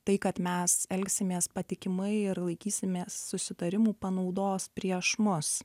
tai kad mes elgsimės patikimai ir laikysimės susitarimų panaudos prieš mus